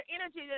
energy